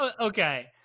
Okay